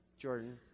Jordan